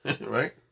Right